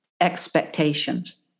expectations